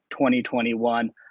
2021